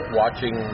watching